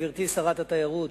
גברתי שרת התיירות,